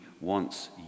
wants